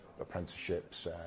apprenticeships